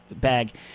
bag